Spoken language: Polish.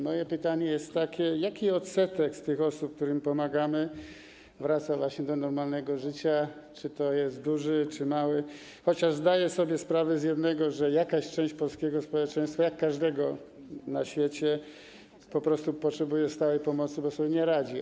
Moje pytanie brzmi: Jaki odsetek tych osób, którym pomagamy, wraca do normalnego życia, czy jest on duży, czy mały, chociaż zdaję sobie sprawę z tego, że jakaś część polskiego społeczeństwa, jak każdego na świecie, po prostu potrzebuje stałej pomocy, bo sobie nie radzi.